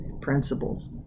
principles